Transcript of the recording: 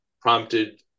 prompted